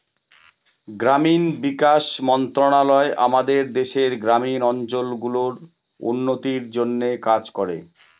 গ্রামীণ বিকাশ মন্ত্রণালয় আমাদের দেশের গ্রামীণ অঞ্চল গুলার উন্নতির জন্যে কাজ করে